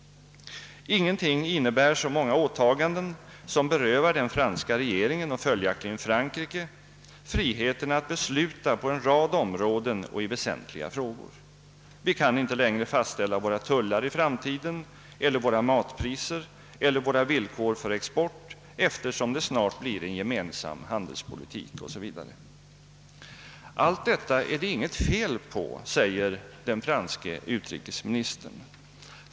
Ingenting innebär så många åtaganden som berövar den franska regeringen och följaktligen Frankrike friheten att besluta på en rad områden och i väsentliga frågor; vi kan inte längre fastställa våra tullar i framtiden eller våra matpriser eller våra villkor för export eftersom det snart blir en gemensam handelspolitik 0. s. Vv.» Allt detta är det inget fel på, säger den franske utrikesministern.